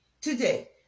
Today